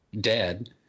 dead